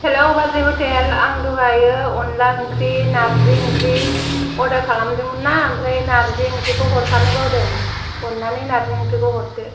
हेल' बाजै हटेल आं दहायो अनद्ला ओंख्रि नारजि ओंख्रि अर्डार खालामदों मोन ना आमफ्राय नारजि ओंख्रिखौ हरफानो बावदों अननानै नारजि ओंख्रिखौ हरदो